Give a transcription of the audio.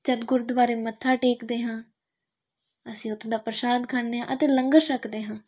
ਜਦੋਂ ਗੁਰਦੁਆਰੇ ਮੱਥਾ ਟੇਕਦੇ ਹਾਂ ਅਸੀਂ ਉੱਥੋਂ ਦਾ ਪ੍ਰਸ਼ਾਦ ਖਾਂਦੇ ਹਾਂ ਅਤੇ ਲੰਗਰ ਛੱਕਦੇ ਹਾਂ